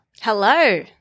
Hello